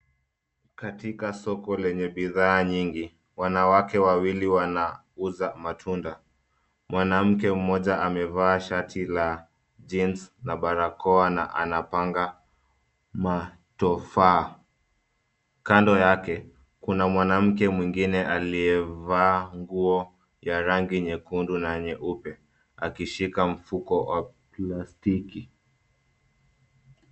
Katika soko lenye bidhaa nyingi wanawake wawili wanauza matunda. Mwanamke mmoja amevaa shati la jeans na barakoa na anapanga matofaa. Kando yake kuna mwanamke mwingine aliyevaa nguo ya rangi nyekundu na nyeupe akishika mfuko wa plastiki.